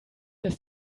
dass